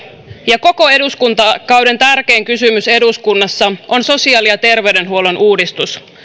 ja koko eduskuntakauden tärkein kysymys eduskunnassa on sosiaali ja terveydenhuollon uudistus